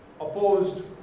opposed